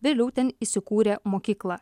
vėliau ten įsikūrė mokykla